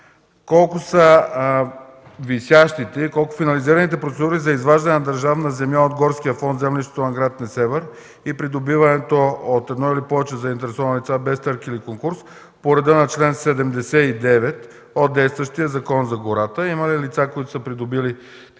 Колко са висящите и колко – финализираните процедури, за изваждане на държавна земя от горския фонд в землището на гр. Несебър и придобиването от едно или повече заинтересовани лица без търг или конкурс по реда на чл. 79 от действащия Закон за горите и има ли лица, които са придобили такива